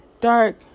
dark